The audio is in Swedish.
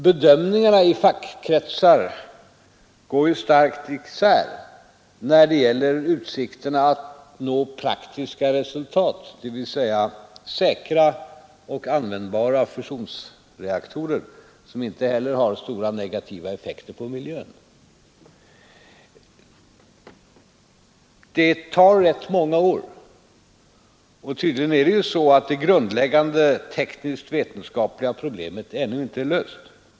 Bedömningarna i fackkretsar går starkt isär när det gäller utsikterna att nå praktiska resultat, dvs. säkra och användbara fusionsreaktorer som inte heller har stora negativa effekter på miljön. Det tar rätt många år, och tydligen är det grundläggande teknisk-vetenskapliga problemet ännu inte löst.